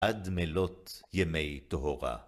עד מלאת ימי טוהרה